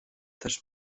też